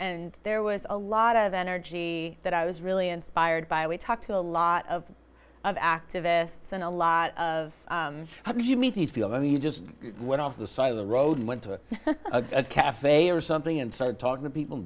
and there was a lot of energy that i was really inspired by we talked to a lot of of activists and a lot of how did you meet these people i mean you just went off the side of the road and went to a cafe or something and started talking to people